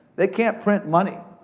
they can't print money.